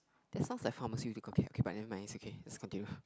that sounds like pharmaceutical care okay but never mind it's okay let's continue